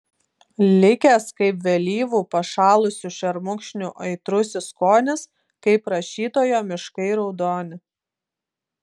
likęs kaip vėlyvų pašalusių šermukšnių aitrusis skonis kaip rašytojo miškai raudoni